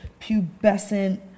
pubescent